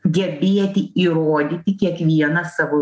gebėti įrodyti kiekvieną savo